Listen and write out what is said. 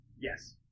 Yes